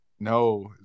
No